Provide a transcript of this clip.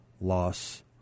loss